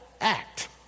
act